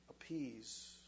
appease